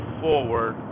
forward